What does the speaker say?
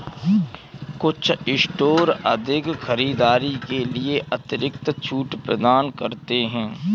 कुछ स्टोर अधिक खरीदारी के लिए अतिरिक्त छूट प्रदान करते हैं